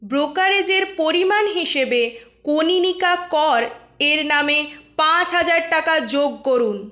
ব্রোকারেজের পরিমাণ হিসেবে কনীনিকা কর এর নামে পাঁচ হাজার টাকা যোগ করুন